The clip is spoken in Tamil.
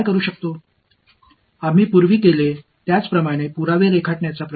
நாம் முன்பு சரி செய்ததைப் போன்ற ஆதாரத்தை வரைவதற்கு முயற்சிப்போம்